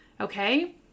okay